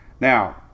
now